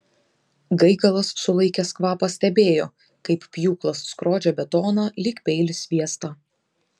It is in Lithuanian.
gaigalas sulaikęs kvapą stebėjo kaip pjūklas skrodžia betoną lyg peilis sviestą